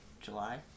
July